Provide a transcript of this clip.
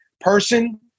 person